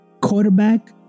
quarterback